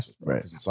right